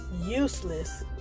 useless